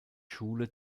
schule